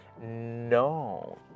No